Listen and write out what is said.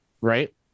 Right